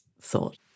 thought